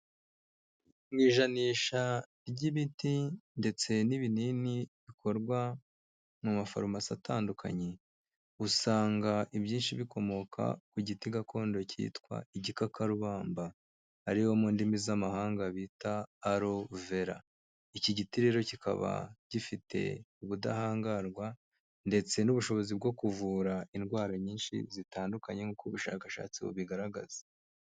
Mu ijanisha ry'imiti ndetse n'ibinini bikorwa mu mafarumasi atandukanye, usanga ibyinshi bikomoka ku giti gakondo cyitwa igikakarubamba. Ari wo mu ndimi z'amahanga bita Aroevera. Iki giti rero kikaba gifite ubudahangarwa ndetse n'ubushobozi bwo kuvura indwara nyinshi zitandukanye, nk'uko ubushakashatsi bubigaragaza.